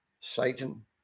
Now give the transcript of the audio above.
Satan